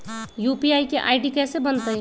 UPI के ID कैसे बनतई?